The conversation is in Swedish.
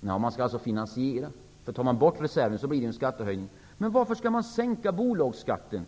Förslaget skall alltså finansieras. Tar man enbart bort reserven blir det en skattehöjning. Varför skall man sänka bolagsskatten?